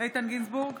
איתן גינזבורג,